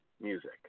music